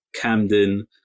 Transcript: Camden